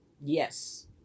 yes